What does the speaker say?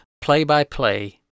play-by-play